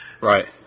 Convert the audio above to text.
Right